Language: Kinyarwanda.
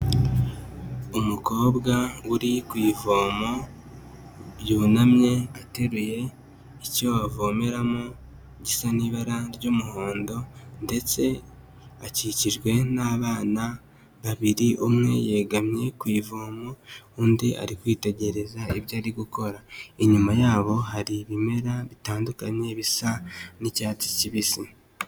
Umukobwa uri ku ivomo yunamye ateruye icyo avomeramo gisa n'ibara ry'umuhondo ndetse akikijwe n'abana babiri, umwe yegamye ku ivomo undi ari kwitegereza ibyo ari gukora, inyuma yabo hari ibimera bitandukanye bisa n'icyatsi kibisi.